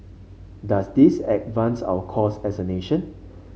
does this advance our cause as a nation